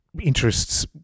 interests